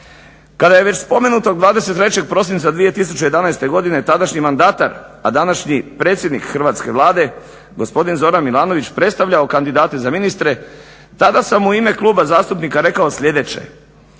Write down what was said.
Kada je već spomenutog 23. prosinca 2011. tadašnji mandatar, a današnji predsjednik Hrvatske vlade gospodin Zoran Milanović predstavljao kandidate za ministre, tada sam u ime kluba zastupnika rekao sljedeće: